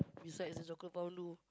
besides the chocolate fondue